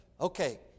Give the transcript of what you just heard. Okay